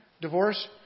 divorce